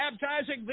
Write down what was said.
baptizing